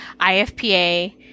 IFPA